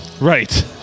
Right